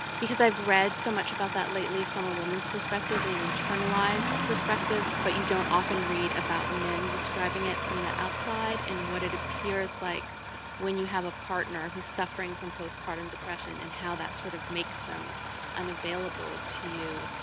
because i've read so much about that lately from a woman's perspective and an internalized perspective, but you don't often read about men describing it from the outside, and what it appears like when you have a partner who's suffering from postpartum depression, and how that sort of makes them unavailable to you.